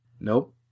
Nope